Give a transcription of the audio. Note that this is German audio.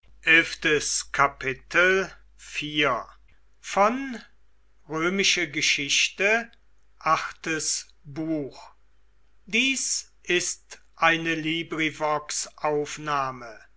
sind ist eine